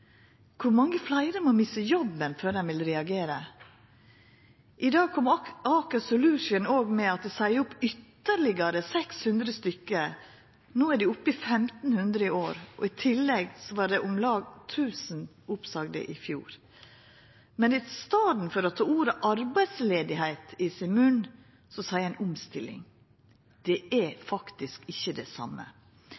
Kor mange fleire må mista jobben før dei vil reagera? I dag kom Aker Solutions med at dei seier opp ytterlegare 600 personar, no er dei oppe i 1 500 i år, og i tillegg var det om lag 1 000 oppsagde i fjor. Men i staden for å ta ordet «arbeidsløyse» i munnen, seier ein omstilling. Det er